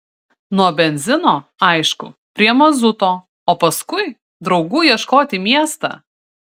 nuo benzino aišku prie mazuto o paskui draugų ieškot į miestą